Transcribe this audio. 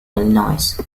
illinois